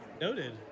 noted